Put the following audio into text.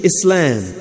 Islam